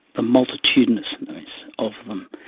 the multitudinousness of them.